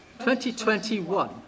2021